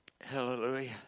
Hallelujah